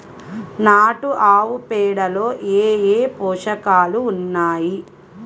నాటు ఆవుపేడలో ఏ ఏ పోషకాలు ఉన్నాయి?